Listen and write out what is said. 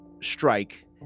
strike